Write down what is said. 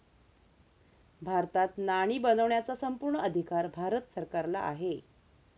भारतात नाणी बनवण्याचा संपूर्ण अधिकार भारत सरकारला आहे